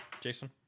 Jason